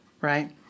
right